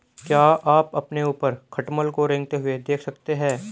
क्या आप अपने ऊपर खटमल को रेंगते हुए देख सकते हैं?